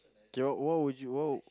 K what what would you what would